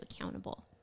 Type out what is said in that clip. accountable